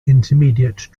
intermediate